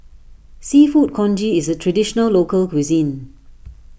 Seafood Congee is a Traditional Local Cuisine